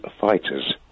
fighters